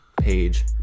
page